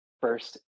first